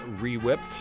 re-whipped